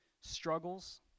struggles